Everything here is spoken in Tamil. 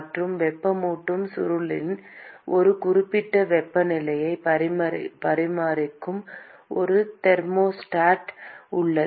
மற்றும் வெப்பமூட்டும் சுருளின் ஒரு குறிப்பிட்ட வெப்பநிலையை பராமரிக்கும் ஒரு தெர்மோஸ்டாட் உள்ளது